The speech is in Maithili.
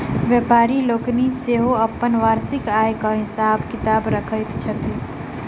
व्यापारि लोकनि सेहो अपन वार्षिक आयक हिसाब किताब रखैत छथि